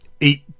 eight